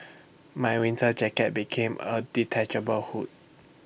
my winter jacket became with A detachable hood